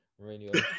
Mourinho